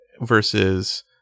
Versus